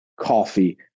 coffee